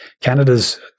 Canada's